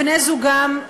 בני-זוגן,